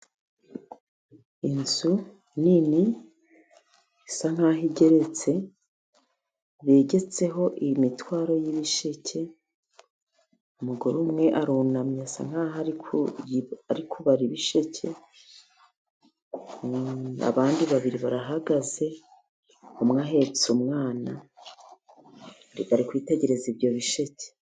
Inzu nini isa nk'aho igeretse, begetseho iyi mitwaro y'ibisheke ,umugore umwe arunamye asa nk'aho ari kubara ibisheke ,abandi babiri barahagaze ,umwe ahetse umwana ari kwitegereza ibyo bisheke.